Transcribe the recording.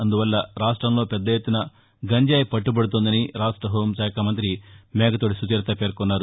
అందువల్ల రాష్ట్రంలో పెద్దఎత్తుస గంజాయి పట్లుబడుతోందని రాష్ట హోంశాఖ మంత్రి మేకతోటీ సుచరిత పేర్కొన్నారు